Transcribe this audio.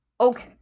Okay